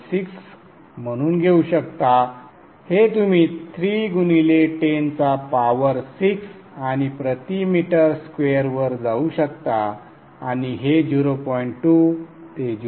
6 म्हणून घेऊ शकता हे तुम्ही 3 गुणिले 10 चा पावर 6 आणि प्रति मीटर स्क्वेअर वर जाऊ शकता आणि हे 0